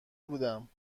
بودم